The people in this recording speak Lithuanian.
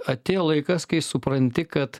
atėjo laikas kai supranti kad